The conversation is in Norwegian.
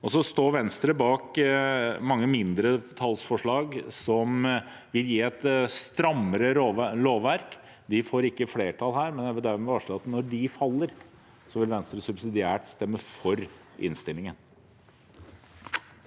Venstre står bak mange mindretallsforslag som vil gi et strammere lovverk. De får ikke flertall her, og jeg vil dermed varsle at når de faller, vil Venstre subsidiært stemme for innstillingen.